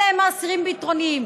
אלה האסירים הביטחוניים.